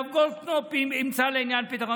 והרב גולדקנופ ימצא לעניין פתרון.